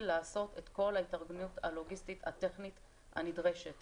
לעשות את כל ההתארגנות הלוגיסטית הטכנית הנדרשת